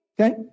Okay